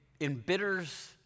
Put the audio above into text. embitters